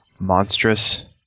monstrous